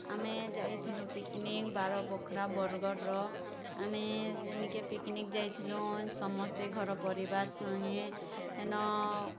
ଆମେ ଯାଇଥିଲୁ ପିକ୍ନିକ୍ ବାରବଖ୍ରା ବରଗଡ଼୍ର ଆମେ ସେନ୍କେ ପିକ୍ନିକ୍ ଯାଇଥିଲୁ ସମସ୍ତେ ଘର ପରିବାର୍ ସାଙ୍ଗେ ହେନ